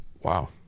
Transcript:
wow